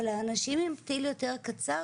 אבל אנשים עם פתיל יותר קצר,